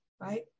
right